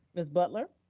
ms. butler?